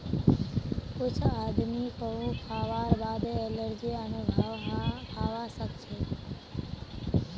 कुछ आदमीक कद्दू खावार बादे एलर्जी अनुभव हवा सक छे